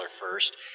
first